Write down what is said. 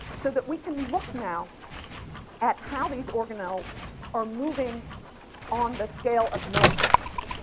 so that we can look now at how these organelles are moving on the scale of milliseconds.